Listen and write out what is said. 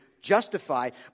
Justified